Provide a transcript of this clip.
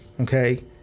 Okay